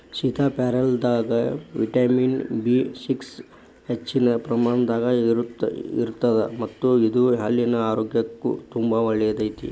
ಸೇತಾಪ್ಯಾರಲದಾಗ vitamin B six ಹೆಚ್ಚಿನ ಪ್ರಮಾಣದಾಗ ಇರತ್ತದ ಮತ್ತ ಇದು ಹಲ್ಲಿನ ಆರೋಗ್ಯಕ್ಕು ತುಂಬಾ ಒಳ್ಳೆಯದೈತಿ